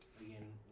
Again